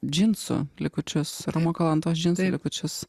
džinsų likučius romo kalantos džinsų likučius